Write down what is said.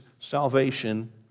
salvation